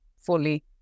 fully